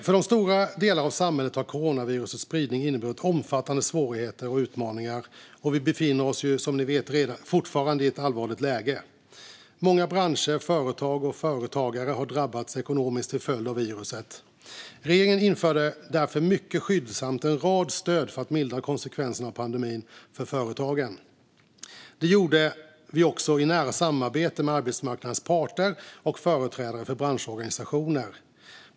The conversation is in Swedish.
För stora delar av samhället har coronavirusets spridning inneburit omfattande svårigheter och utmaningar, och som ni vet befinner vi oss fortfarande i ett allvarligt läge. Många branscher, företag och företagare har drabbats ekonomiskt till följd av viruset. Regeringen införde därför mycket skyndsamt en rad stöd för att mildra konsekvenserna av pandemin för företagen. Det gjorde vi också i nära samarbete med arbetsmarknadens parter och företrädare för branschorganisationer.